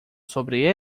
sobre